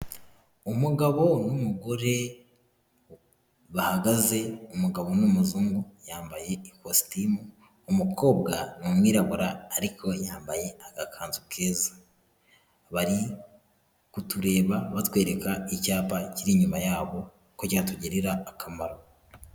Umugabo n'umugore bahagaze, umugabo ni umuzungu yambaye ikositimu, umukobwa ni umwirabura ariko yambaye agakanzu keza, bari kutureba batwereka icyapa kiri inyuma yabo ko cyatugirira akamaro.